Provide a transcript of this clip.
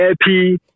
happy